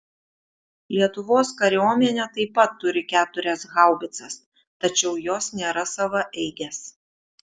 lietuvos kariuomenė taip pat turi keturias haubicas tačiau jos nėra savaeigės